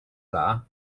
dda